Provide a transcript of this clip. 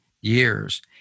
years